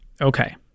Okay